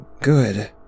Good